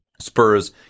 Spurs